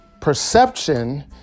perception